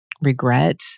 regret